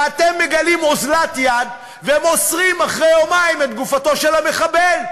ואתם מגלים אוזלת יד ומוסרים אחרי יומיים את גופתו של המחבל,